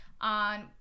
on